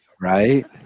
Right